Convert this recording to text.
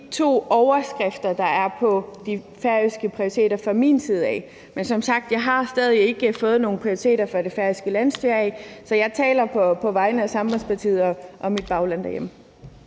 to overskrifter, der er på de færøske prioriteter fra min side. Men som sagt har jeg stadig ikke fået nogen prioriteter fra det færøske landsstyre, så jeg taler på vegne af Sambandspartiet og mit bagland derhjemme.